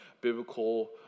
biblical